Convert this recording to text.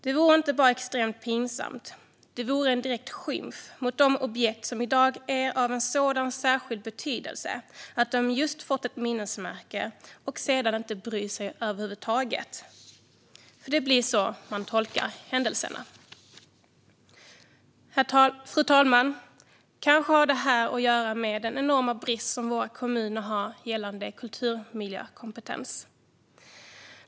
Det vore inte bara extremt pinsamt utan en direkt skymf mot de objekt som i dag är av en sådan särskild betydelse att de just fått ett minnesmärke om man sedan inte bryr sig om dem över huvud taget. Det blir så händelserna tolkas. Fru talman! Kanske har det här att göra med den enorma brist som våra kommuner har gällande kulturmiljökompetens.